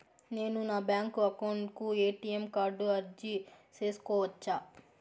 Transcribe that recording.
నేను నా bank account కు ఎ.టి.ఎం కార్డు అర్జీ సేసుకోవచ్చా?